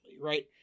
Right